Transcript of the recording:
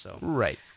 Right